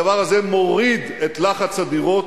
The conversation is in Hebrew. הדבר הזה מוריד את לחץ הדירות,